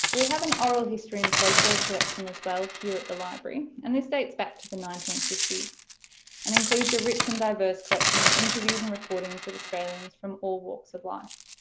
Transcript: so we have an oral history and folklore collection as well, here at the library and this dates back to the nineteen fifty s and includes a rich and diverse collection of interviews and recordings with australians from all walks of life.